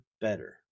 better